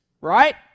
Right